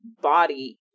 body